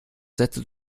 sätze